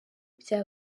bya